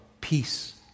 peace